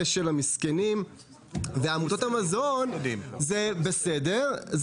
של המסכנים ושל עמותות המזון זה בסדר,